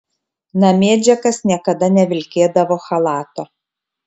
namie džekas niekada nevilkėdavo chalato